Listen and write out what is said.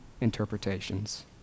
interpretations